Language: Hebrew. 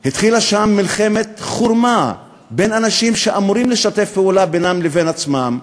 התחילה שם מלחמת חורמה בין אנשים שאמורים לשתף פעולה בינם לבין עצמם.